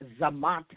Zamata